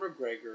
McGregor